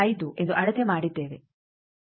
5 ಎಂದು ಅಳತೆ ಮಾಡಿದ್ದೇವೆ